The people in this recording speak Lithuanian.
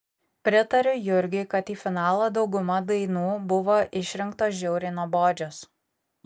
pritariu jurgiui kad į finalą dauguma dainų buvo išrinktos žiauriai nuobodžios